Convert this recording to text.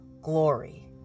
glory